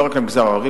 לא רק למגזר הערבי,